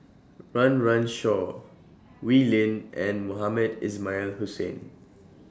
Run Run Shaw Wee Lin and Mohamed Ismail Hussain